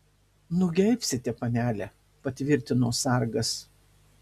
nugeibsite panele patvirtino sargas